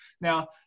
Now –